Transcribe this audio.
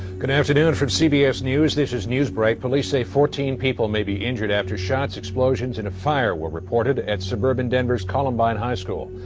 good afternoon from cbs news. this is news break police say fourteen people may be injured after shots explosions in a fire were reported at suburban denver's columbine high school.